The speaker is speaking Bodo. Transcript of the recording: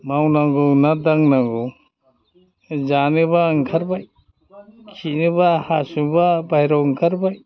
मावनांगौ ना दांनांगौ जानोबा ओंखारबाय खिनोबा हासुनोबा बाहेरायाव ओंखारबाय